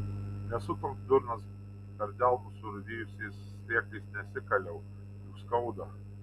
nesu toks durnas per delnus surūdijusiais cviekais nesikaliau juk skauda